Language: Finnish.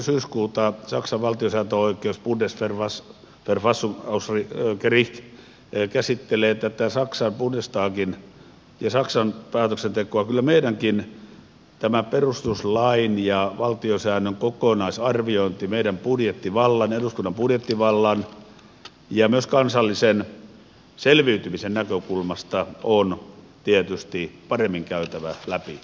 syyskuuta saksan valtiosääntöoikeus bundesver fassungsgericht käsittelee tätä saksan bundestagin ja saksan päätöksentekoa kyllä meidänkin tämä perustuslain ja valtiosäännön kokonaisarviointi meidän budjettivallan eduskunnan budjettivallan ja myös kansallisen selviytymisen näkökulmasta on tietysti paremmin käytävä läpi